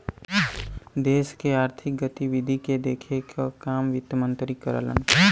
देश के आर्थिक गतिविधि के देखे क काम वित्त मंत्री करलन